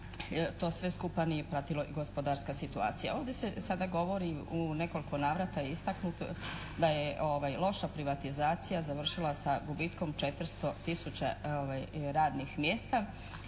to sve skupa nije pratila gospodarska situacija. Ovdje se sada govori u nekoliko navrata je istaknuto da je loša privatizacija završila sa gubitkom 400 tisuća radnih mjesta.